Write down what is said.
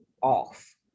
off